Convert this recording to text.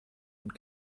und